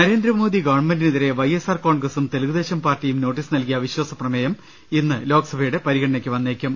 നരേന്ദ്രമോദി ഗവൺമെന്റിനെതിരെ Y S R കോൺഗ്രസും Telugu Desam പാർട്ടിയും നോട്ടീസ് നൽകിയ അവിശ്വാസപ്രമേയം ഇന്ന് ലോക്സഭ യുടെ പരിഗണനയ്ക്ക് വന്നേക്കും